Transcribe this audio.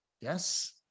yes